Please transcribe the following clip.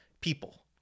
people